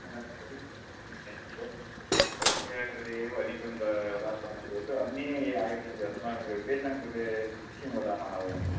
न न पतिफ् न एवं नास्ति भवत्याः कृते एव अधिकं द दास्यामः चेत् अन्ये ये आगच्छन्ति अस्माकं गृहे तेषां कृते किं वदामः वयम्